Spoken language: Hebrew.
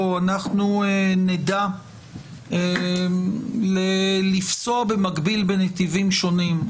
אנחנו נדע לפסוע במקביל בנתיבים שונים.